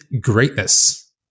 greatness